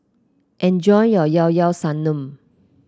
enjoy your Llao Llao Sanum